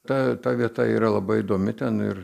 ta ta vieta yra labai įdomi ten ir